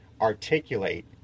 articulate